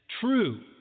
true